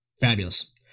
Fabulous